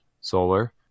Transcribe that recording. solar